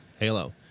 halo